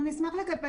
להגיד